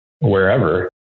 wherever